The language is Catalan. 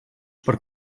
per